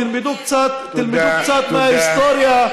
תלמדו קצת, תלמדו קצת מההיסטוריה.